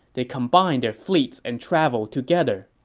they combined their fleets and traveled together.